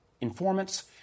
informants